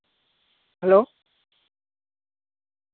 hello